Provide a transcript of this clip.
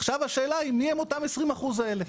עכשיו השאלה היא מיהם אותם 20% האלה.